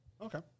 Okay